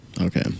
Okay